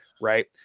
Right